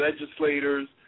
legislators